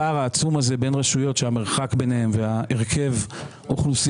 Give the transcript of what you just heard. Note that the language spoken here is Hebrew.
הפער העצום הזה בין רשויות שהמרחק ביניהן וההרכב אוכלוסייה